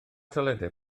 toiledau